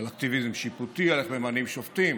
על אקטיביזם שיפוטי, על איך ממנים שופטים.